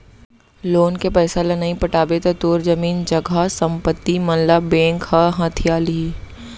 loan के पइसा ल नइ पटाबे त तोर जमीन जघा संपत्ति मन ल बेंक ह हथिया लिही